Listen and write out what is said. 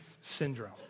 syndrome